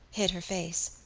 hid her face.